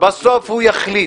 בסוף הוא יחליט.